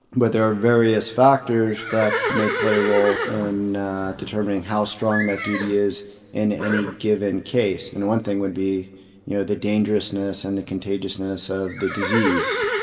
but there are various factors that may play a role in and determining how strong that duty is in any given case. and one thing would be you know the dangerousness and the contagiousness of the disease.